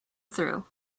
through